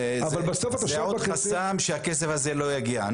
אבל בסוף התושב בקצה --- זה עוד חסם שהכסף הזה לא יגיע.